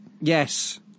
Yes